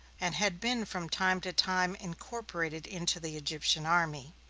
and had been from time to time incorporated into the egyptian army.